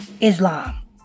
Islam